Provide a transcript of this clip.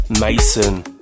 Mason